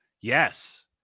Yes